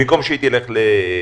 אני מסתכלת עליך,